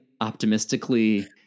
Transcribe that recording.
optimistically